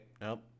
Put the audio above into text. nope